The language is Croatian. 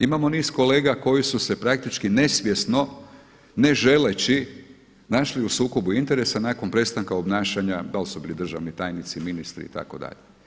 Imamo niz kolega koji su se praktički nesvjesno, ne želeći našli u sukobu interesa nakon prestanka obnašanja dal su bili državni tajnici, ministri itd.